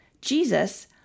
Jesus